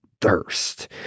thirst